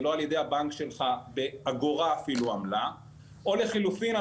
ולא על-ידי הבנק שלך באגורה עמלה או לחלופין,